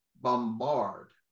bombard